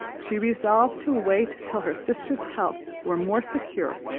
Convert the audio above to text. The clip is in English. she resolved to wait till her sister's health were more secure,